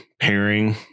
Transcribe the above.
pairing